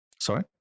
Sorry